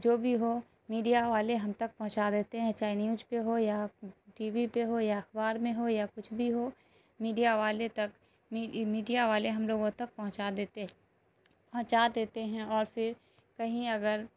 جو بھی ہو میڈیا والے ہم تک پہنچا دیتے ہیں چاہے نیوج پہ ہو یا ٹی وی پہ ہو یا اخبار میں ہو یا کچھ بھی ہو میڈیا والے تک میڈیا والے ہم لوگوں تک پہنچا دیتے پہنچا دیتے ہیں اور پھر کہیں اگر